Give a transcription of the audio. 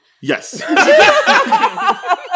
Yes